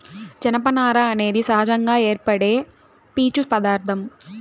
జనపనార అనేది సహజంగా ఏర్పడే పీచు పదార్ధం